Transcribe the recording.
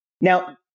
Now